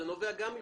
זה נובע מחוק.